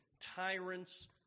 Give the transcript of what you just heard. tyrants